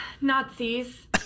Nazis